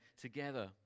together